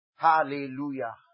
Hallelujah